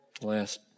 last